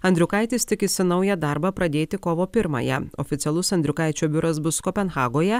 andriukaitis tikisi naują darbą pradėti kovo pirmąją oficialus andriukaičio biuras bus kopenhagoje